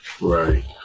Right